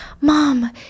Mom